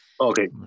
Okay